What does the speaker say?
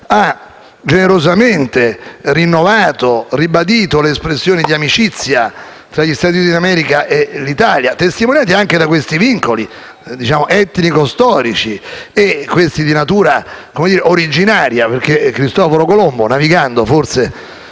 generosamente rinnovato e ribadito le espressioni di amicizia tra gli Stati Uniti d'America e l'Italia, testimoniate anche da questi vincoli, etnico-storici che sono di natura originaria, perché Cristoforo Colombo, navigando forse